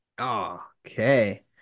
Okay